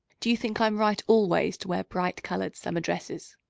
do you think i'm right always to wear bright-coloured summer dresses?